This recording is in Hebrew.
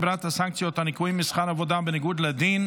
הגברת הסנקציות על ניכויים משכר עבודה בניגוד לדין),